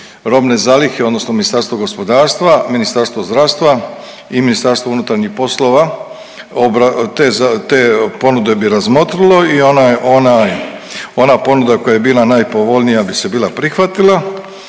robne zalihe odnosno Ministarstvo gospodarstva, Ministarstvo zdravstva i MUP te ponude bi razmotrilo i ona, ona, ona ponuda koja je bila najpovoljnija bi se bila prihvatila